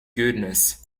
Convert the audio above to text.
goodness